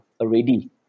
already